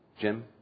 Jim